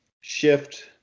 shift